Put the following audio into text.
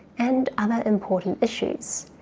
and other important issues.